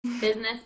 business